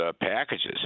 packages